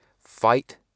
Fight